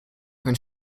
even